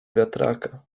wiatraka